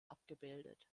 abgebildet